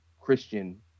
Christian